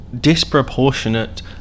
disproportionate